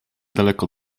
daleko